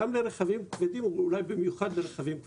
גם לרכבים כבדים ואולי במיוחד לרכבים כבדים.